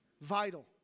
vital